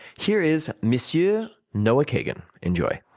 here is monsieur noah kagan. enjoy.